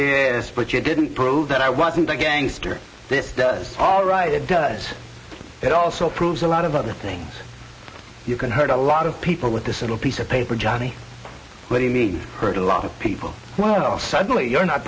is but you didn't prove that i wasn't a gangster this does all right it does it also proves a lot of other things you can hurt a lot of people with this little piece of paper johnny when you need hurt a lot of people well suddenly you're not